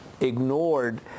ignored